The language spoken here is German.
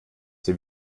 sie